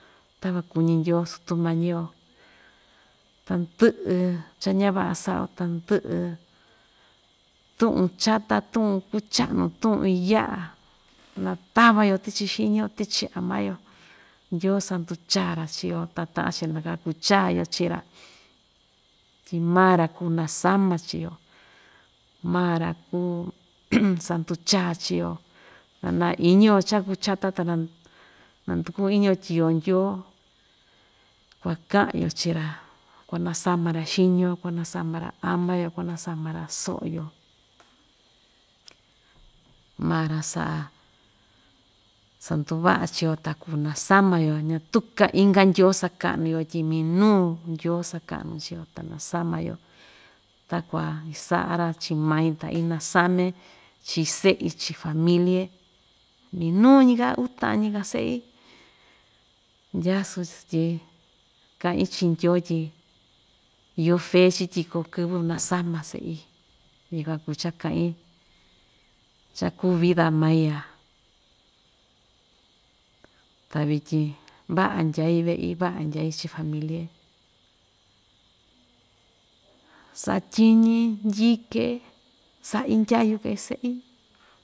Takuan kuñi ndyoo sutumañi‑yo tandɨꞌɨ cha‑ñavaꞌa saꞌa‑yo, tandɨꞌɨ tuꞌun chata, tuꞌun ku‑chaꞌanu tuꞌun iyaꞌa, na tava‑yo tichi xiñi‑yo tichi ama‑yo ndyoo sandu chaa‑ra chii‑yo ta taꞌan‑chi na kaku chaa‑yo chiꞌi‑ra tyi maa‑ra kuu nasama chii‑yo maa‑ra kuu sandu chaa chii‑yo na na iñi‑yo chaa ikuu chata ta nandukuꞌun iñi‑yo tyi iyo ndyoo kua‑kaꞌa‑yo chii‑ra kuanasama‑ra xiñi‑yo kuanasama‑ra ama‑yo kuanasama‑ra soꞌo‑yo maa‑ra saꞌa sanduvaꞌa chii‑yo ta kuu nasama‑yo ñatuka inka ndyoo sakaꞌnu‑yo tyi minuu ndyoo sakaꞌanu chio ta nasama‑yo takuan isaꞌa‑ra chii mai ta inasame chii seꞌi chii familie minuu‑ñika uutaꞌan‑nika seꞌi ndyaa sutyi kaꞌin chiꞌin ndyoo tyi iyo fee chi tyi koo kɨvɨ nasama seꞌi yukuan kuu cha‑kaꞌin chaa kuu vida maia ta, vityin vaꞌa ndyai veꞌi vaꞌa ndyai chii familie satyiñi ndyike saꞌi ndyayu kee seꞌi.